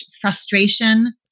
frustration